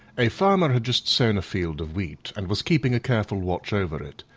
a farmer had just sown a field of wheat, and was keeping a careful watch over it,